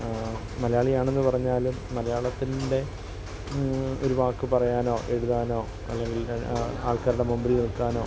ആ മലയാളിയാണെന്ന് പറഞ്ഞാലും മലയാളത്തിൻ്റെ ഒരു വാക്ക് പറയാനോ എഴുതാനോ അല്ലെങ്കിൽ ആ ആൾക്കാരുടെ മുമ്പിൽ നിൽക്കാനോ